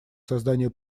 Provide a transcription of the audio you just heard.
созданию